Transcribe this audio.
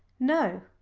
no,